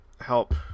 help